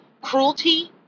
cruelty